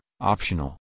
optional